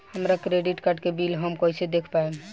हमरा credit card के bill हम कइसे देख पाएम?